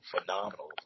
phenomenal